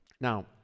now